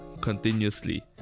continuously